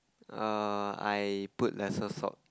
err I put lesser salt